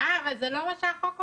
אבל זה לא מה שהחוק אומר.